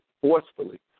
forcefully